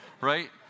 Right